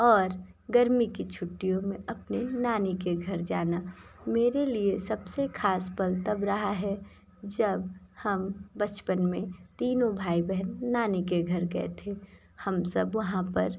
और गर्मी की छुट्टियों में अपने नानी के घर जाना मेरे लिए सबसे खास पल तब रहा है जब हम बचपन में तीनों भाई बहन नानी के घर गये थे हम सब वहाँ पर